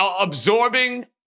absorbing